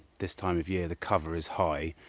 this time of year the cover is high,